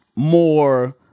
more